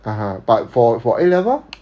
(uh huh) but for for A level